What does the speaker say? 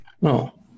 No